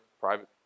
private